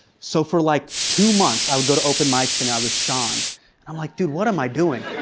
so for like, two months, i would go to open mics and i was sean. and i'm like, dude, what am i doing?